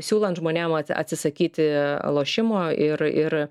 siūlant žmonėm atsisakyti lošimo ir ir